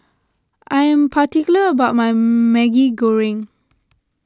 I am particular about my Maggi Goreng